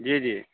جی جی